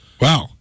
Wow